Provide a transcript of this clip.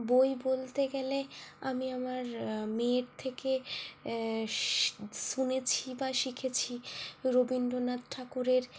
বই বলতে গেলে আমি আমার মেয়ের থেকে শুনেছি বা শিখেছি রবীন্দ্রনাথ ঠাকুরের